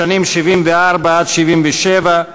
בשנים 1974 1977,